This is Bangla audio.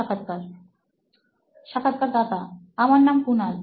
সাক্ষাৎকারদাতা আমার নাম কুনাল